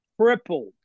crippled